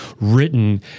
written